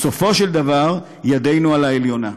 בסופו של דבר, ידנו על העליונה.